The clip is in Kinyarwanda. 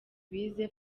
bize